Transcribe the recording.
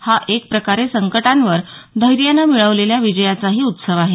हा एक प्रकारे संकटांवर धैर्यानं मिळवलेल्या विजयाचाही उत्सव आहे